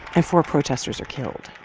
and four protesters are killed.